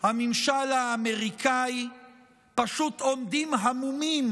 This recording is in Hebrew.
הממשל האמריקאי פשוט עומדים המומים